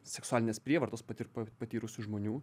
seksualinės prievartos patir patyrusių žmonių